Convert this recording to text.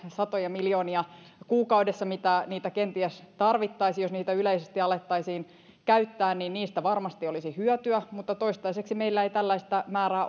satoja miljoonia kuukaudessa kuin niitä kenties tarvittaisiin jos niitä yleisesti alettaisiin käyttää niin niistä varmasti olisi hyötyä mutta toistaiseksi meillä ei tällaista määrää